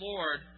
Lord